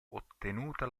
ottenuta